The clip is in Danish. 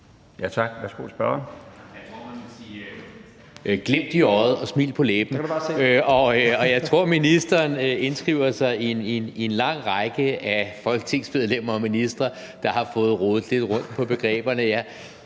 (Jeppe Bruus): Der kan du bare se). Jeg tror, ministeren indskriver sig i en lang række af folketingsmedlemmer og ministre, der har fået rodet lidt rundt på begreberne.